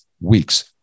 week's